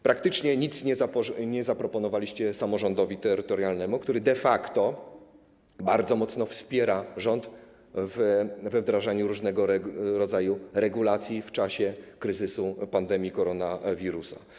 Praktycznie nic nie zaproponowaliście samorządowi terytorialnemu, który de facto bardzo mocno wspiera rząd we wdrażaniu różnego rodzaju regulacji w czasie kryzysu pandemii koronawirusa.